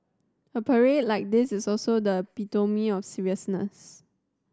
a parade like this is also the epitome of seriousness